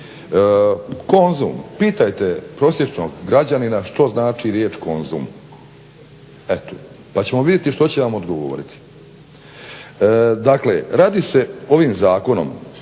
Konzum, pitajte prosječnog građanina što znači riječ konzum, eto pa ćemo vidjeti što će vam odgovoriti. Dakle radi se ovim zakonom